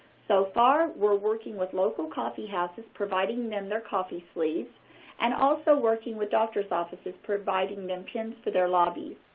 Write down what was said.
so far we're working with local coffeehouses, providing them their coffee sleeves and also working with doctors' offices, providing them pens for their lobbies.